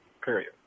Period